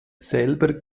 selber